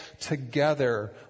together